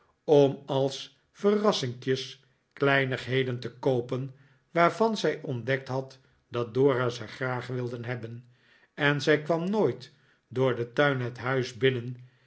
om als verrassinkjes kleinigheden te koopen waarvan zij ontdekt had dat dora ze graag wilde hebben en zij kwam nooit door den tuin het huis binnen